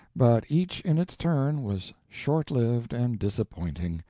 but each in its turn was short-lived and disappointing,